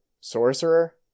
sorcerer